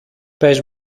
πες